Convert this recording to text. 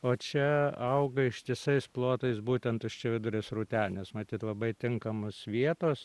o čia auga ištisais plotais būtent tuščiaviduris rūtenis matyt labai tinkamos vietos